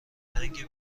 رنگی